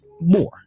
more